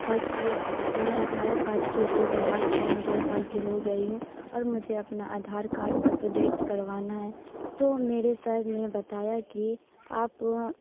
تھا کہ یہ میں اٹھارہ سال کی ہوگئی حال فی الحال میں اٹھارہ سال کی ہو گئی ہوں اور مجھے اپنا آدھار کارڈ اپڈیٹ کروانا ہے تو میرے سر نے بتایا کہ آپ